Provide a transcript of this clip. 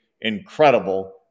incredible